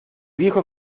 viejo